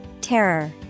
Terror